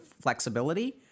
flexibility